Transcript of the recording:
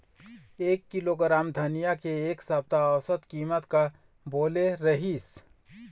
एक किलोग्राम धनिया के एक सप्ता औसत कीमत का बोले रीहिस?